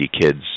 kids